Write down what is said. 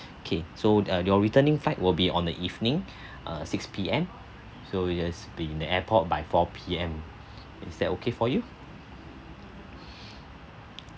K so uh your returning flight will be on the evening uh six P_M so you just be in the airport by four P_M is that okay for you